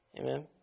Amen